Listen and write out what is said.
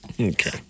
Okay